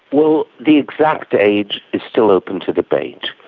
well, the exact age is still open to debate.